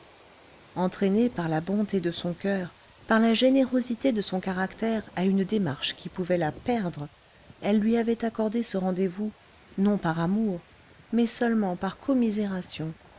entraînée par la bonté de son coeur par la générosité de son caractère à une démarche qui pouvait la perdre elle lui avait accordé ce rendez-vous non par amour mais seulement par commisération